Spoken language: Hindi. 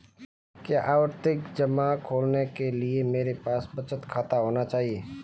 क्या आवर्ती जमा खोलने के लिए मेरे पास बचत खाता होना चाहिए?